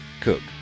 Cook